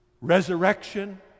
resurrection